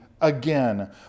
again